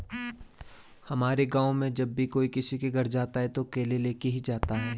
हमारे गाँव में जब भी कोई किसी के घर जाता है तो केले लेके ही जाता है